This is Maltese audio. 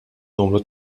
numru